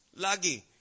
Lagi